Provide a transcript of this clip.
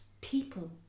People